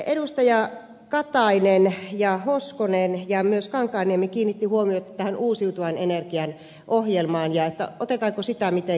edustajat elsi katainen hoskonen ja myös kankaanniemi kiinnittivät huomiota uusiutuvan energian ohjelmaan ja siihen otetaanko sitä mitenkään huomioon